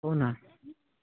हो ना